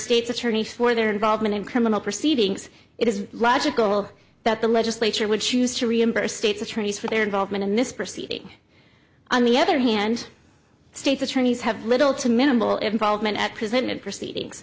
states attorney for their involvement in criminal proceedings it is logical that the legislature would choose to reimburse states attorneys for their involvement in this proceeding on the other hand states attorneys have little to minimal involvement at present and proceedings